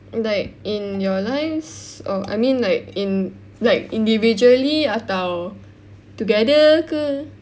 in like in your lives or I mean like in like individually atau together ke